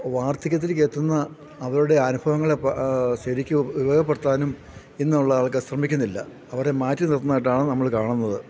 വാർധക്യത്തിലേക്കെത്തുന്ന അവരുടെ അനുഭവങ്ങളെ ശരിക്കും ഉപയോഗപ്പെടുത്താനും ഇന്നുള്ള ആൾക്കാർ ശ്രമിക്കുന്നില്ല അവരെ മാറ്റി നിർത്തുന്നതായിട്ടാണ് നമ്മള് കാണുന്നത്